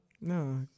No